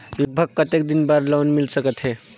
लगभग कतेक दिन बार लोन मिल सकत हे?